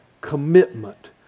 commitment